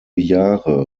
jahre